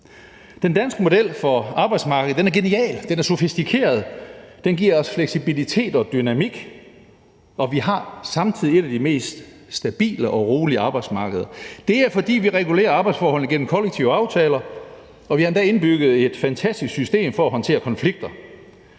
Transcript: Den danske model for arbejdsmarkedet er genial, den er sofistikeret, den giver os fleksibilitet og dynamik, og vi har samtidig et af de mest stabile og rolige arbejdsmarkeder. Det er, fordi vi regulerer arbejdsforholdene gennem kollektive aftaler, og vi har endda indbygget et fantastisk system til at håndtere konflikter.